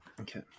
Okay